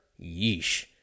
yeesh